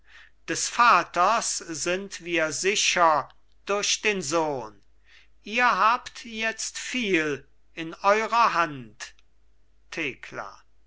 des vaters sind wir sicher durch den sohn ihr habt jetzt viel in eurer hand thekla